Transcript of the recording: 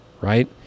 right